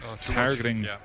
targeting